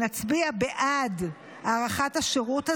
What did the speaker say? נצביע בעד הארכת השירות הזה,